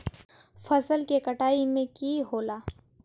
फसल के कटाई में की होला?